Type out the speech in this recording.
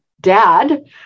Dad